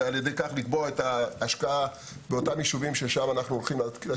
וכך לקבוע את ההשקעה באותם יישובים ששם נעשה.